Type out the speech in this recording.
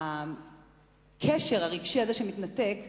הקשר הרגשי הזה שמתנתק,